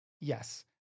Yes